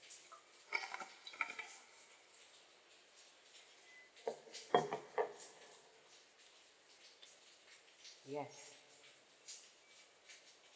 yes